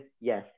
yes